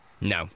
No